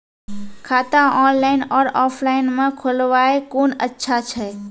खाता ऑनलाइन और ऑफलाइन म खोलवाय कुन अच्छा छै?